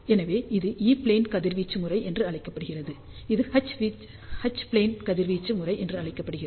எனவே இது E plane கதிர்வீச்சு முறை என அழைக்கப்படுகிறது இது எச் ப்ளேன் கதிர்வீச்சு முறை என அழைக்கப்படுகிறது